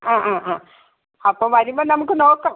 ആ ആ ആ അപ്പോൾ വരുമ്പം നമുക്ക് നോക്കാം